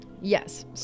Yes